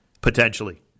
potentially